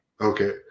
Okay